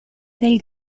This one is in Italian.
del